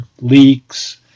leaks